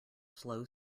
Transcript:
slow